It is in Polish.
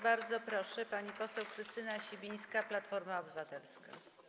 Bardzo proszę, pani poseł Krystyna Sibińska, Platforma Obywatelska.